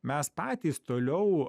mes patys toliau